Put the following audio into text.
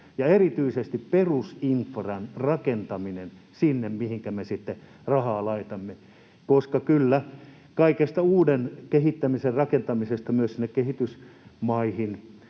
ja erityisesti perusinfran rakentaminen sinne, mihinkä me rahaa laitamme. Ja kyllä, kaikesta uuden kehittämisen rakentamisesta myös sinne kehitysmaihin